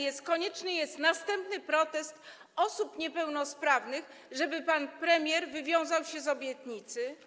I czy konieczny jest następny protest osób niepełnosprawnych, żeby pan premier wywiązał się z obietnicy?